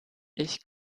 ich